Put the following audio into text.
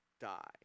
die